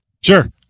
Sure